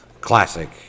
classic